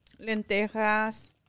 lentejas